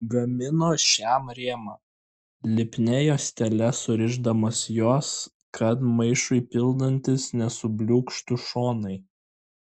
gamino šiam rėmą lipnia juostele surišdamas juos kad maišui pildantis nesubliūkštų šonai